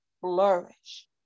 flourish